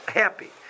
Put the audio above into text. happy